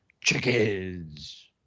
Chickens